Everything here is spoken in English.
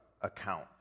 account